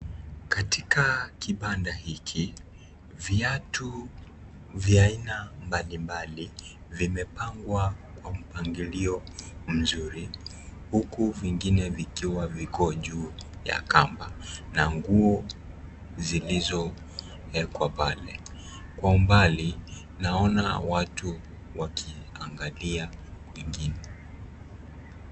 Katika kibanda hiki, viatu vya aina mbalimbali vimepangwa kwa mpangilio mzuri huku vingine vikiwa viko juu ya kamba na nguo zilizowekwa pale. Kwa umbali, naona watu wakiangalia vingine.